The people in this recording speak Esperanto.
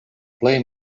plej